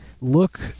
look